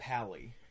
Pally